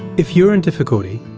if you are in difficulty,